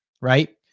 right